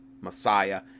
messiah